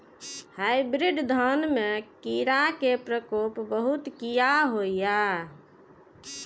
Hybrid धान में कीरा के प्रकोप बहुत किया होया?